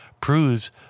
proves